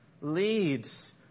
leads